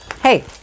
Hey